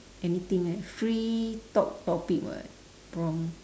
anything eh free talk topic [what] prompt